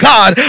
God